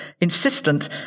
insistent